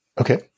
Okay